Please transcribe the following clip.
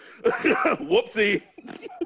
whoopsie